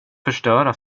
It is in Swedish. förstöra